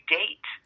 date